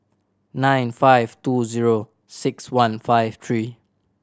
nine five two zero six one five three